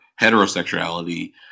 heterosexuality